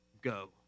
go